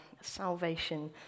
salvation